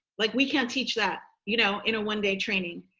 like we can't teach that, you know, in a one day training.